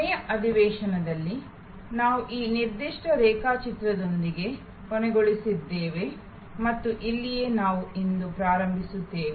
ಕೊನೆಯ ಅಧಿವೇಶನದಲ್ಲಿ ನಾವು ಈ ನಿರ್ದಿಷ್ಟ ರೇಖಾಚಿತ್ರದೊಂದಿಗೆ ಕೊನೆಗೊಳಿಸಿದ್ದೇವೆ ಮತ್ತು ಇಲ್ಲಿಯೇ ನಾವು ಇಂದು ಪ್ರಾರಂಭಿಸುತ್ತೇವೆ